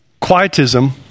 Quietism